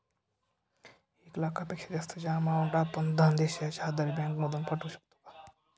एक लाखापेक्षा जास्तची अमाउंट आपण धनादेशच्या आधारे बँक मधून पाठवू शकतो का?